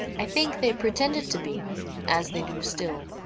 i think they pretended to be as they do still.